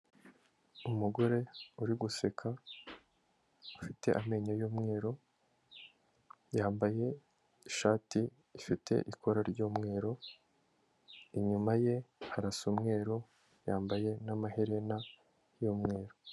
Umugore uri guseka, ufite amenyo y'umweru, yambaye ishati ifite ikora ry'umweru, inyuma ye harasa umweru, yambaye n'amaherena y'umweru.